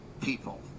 people